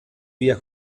via